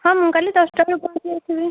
ହଁ ମୁଁ କାଲି ଦଶଟା ବେଳକୁ ପହଞ୍ଚି ଯାଇଥିବି